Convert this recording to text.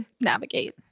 navigate